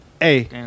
Hey